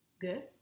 good